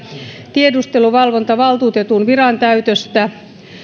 tiedusteluvalvontavaltuutetun virantäytöstä